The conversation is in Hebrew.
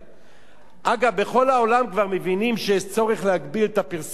בכל העולם כבר מבינים שיש צורך להגביל את הפרסומים האסורים,